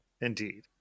Indeed